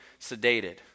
sedated